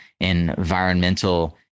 environmental